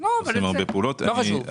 אני